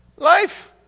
Life